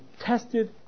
tested